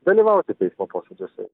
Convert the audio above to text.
dalyvauti teismo posėdžiuose